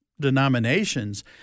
denominations